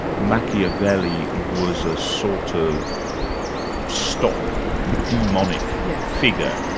machiavelli was a sort of stock demonic yeah figure,